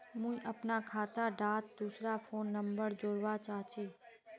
मुई अपना खाता डात दूसरा फोन नंबर जोड़वा चाहची?